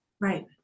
Right